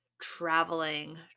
traveling